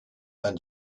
and